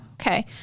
Okay